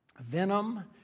venom